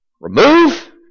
remove